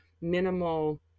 minimal